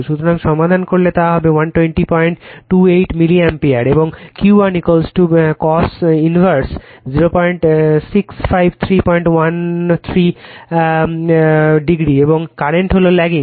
সুতরাং সমাধান করলে তা হবে 12028 মিলিঅ্যাম্পিয়ার এবং θ 1 cos ইনভার্স 065313o এবং কারেন্ট হলো ল্যাগিং